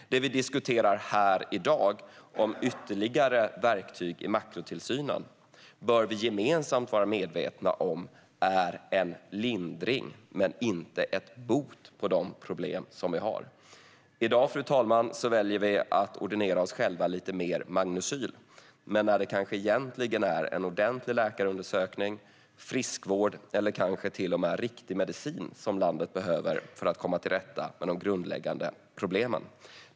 Det som vi diskuterar här i dag, om ytterligare verktyg i makrotillsynen, bör vi gemensamt vara medvetna om är en lindring av men inte en bot mot de problem som vi har. Fru talman! I dag väljer vi att ordinera oss själva lite mer Magnecyl, när det kanske egentligen är en ordentlig läkarundersökning, friskvård eller kanske till och med riktig medicin som landet behöver för att komma till rätta med de grundläggande problemen.